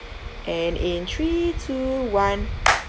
and in three two one